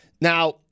Now